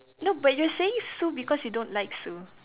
no but you saying Sue because you don't like Sue